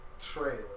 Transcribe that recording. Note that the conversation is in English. trailer